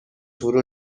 فرو